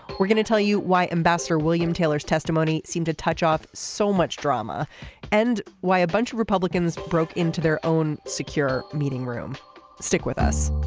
we're going to tell you why. ambassador william taylor's testimony seemed to touch off so much drama and why a bunch of republicans broke into their own secure meeting room stick with us